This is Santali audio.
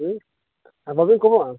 ᱦᱮᱸ ᱟᱨ ᱵᱟᱹᱵᱤᱱ ᱠᱚᱢᱚᱜᱼᱟ